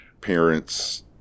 parents